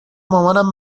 مامانم